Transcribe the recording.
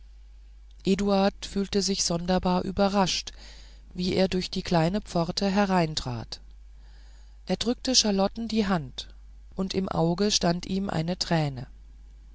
eduard fühlte sich sonderbar überrascht wie er durch die kleine pforte hereintrat er drückte charlotten die hand und im auge stand ihm eine träne